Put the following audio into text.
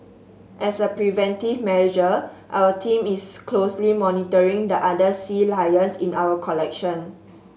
as a preventive manager our team is closely monitoring the other sea lions in our collection